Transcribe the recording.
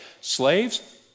slaves